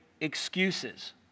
excuses